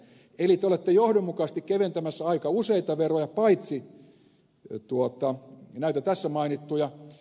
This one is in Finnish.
eli te olette johdonmukaisesti keventämässä aika useita veroja paitsi näitä tässä mainittuja